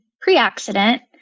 pre-accident